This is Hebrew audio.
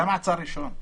זה מעצר ראשון.